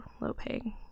low-paying